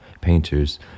painters